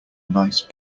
nice